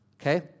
Okay